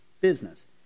business